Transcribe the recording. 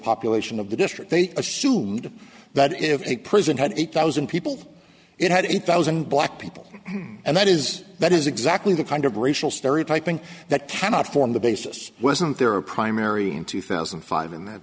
population of the district they assumed that if a person had eight thousand people it had a thousand black people and that is that is exactly the kind of racial stereotyping that cannot form the basis wasn't there a primary in two thousand and five in that